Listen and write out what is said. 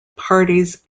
parties